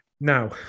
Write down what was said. Now